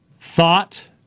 thought